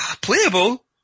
Playable